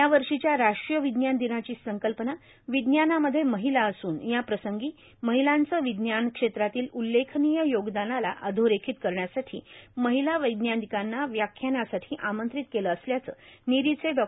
यावर्षीच्या राष्ट्रीय विज्ञान दिनाची संकल्पना विज्ञानामध्ये महिला असून याप्रसंगी महिलांचे विज्ञान क्षेत्रातील उल्लेखनीय योगदानाला अधोरेखित करण्यासाठी महिला वैज्ञानिकांना व्याख्यानासाठी आमंत्रित केल असल्याच नीरीचे डॉ